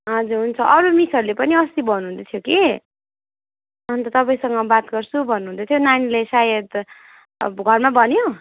हजुर हुन्छ अरू मिसहरूले पनि अस्ति भन्नुहुँदैथ्यो कि अन्त तपाईँसँग बात गर्छु भन्नुहुँदैथ्यो नानीले सायद अब घरमा भन्यो